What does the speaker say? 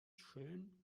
schön